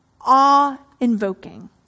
awe-invoking